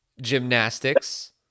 gymnastics